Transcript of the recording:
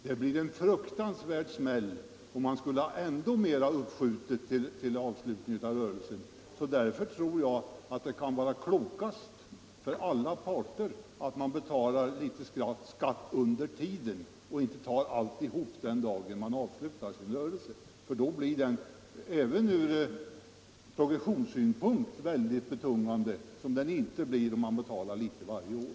Det blir en fruktansvärd smäll om man har ännu mera uppskjutet till dess man avslutat Bokföringsmässig Skogsbeskattningen rörelsen. Därför tror jag att det är klokast för alla parter att betala litet skatt under tiden, inte vänta och ta alltihop den dag då man avslutar sin rörelse. Då blir skatten även från progressionssynpunkt väldigt betungande. Det blir den inte om man betalar litet varje år.